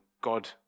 God